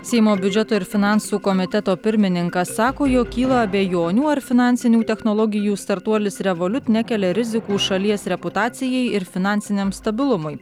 seimo biudžeto ir finansų komiteto pirmininkas sako jog kyla abejonių ar finansinių technologijų startuolis revoliut nekelia rizikų šalies reputacijai ir finansiniam stabilumui